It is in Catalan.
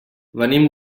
venim